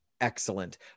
excellent